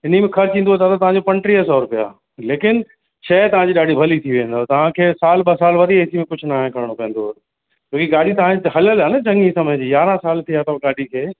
इन में ख़र्च ईंदो दादा तव्हांजो पंटीह सौ रुपया लेकिन शइ तव्हांजी ॾाढी भली थी वेंदव तव्हांखे साल ॿ साल वरी एसी में कुझु न आहे करिणो पवंदो छोकी गाॾी तव्हांजी त हलियलु आहे न चङी समय जी यारहं साल थिया अथव गाॾी खे